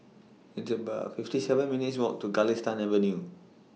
It's about fifty seven minutes' Walk to Galistan Avenue